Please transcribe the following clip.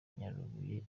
nyarubuye